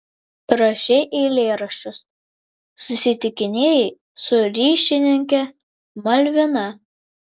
rašei eilėraščius susitikinėjai su ryšininke malvina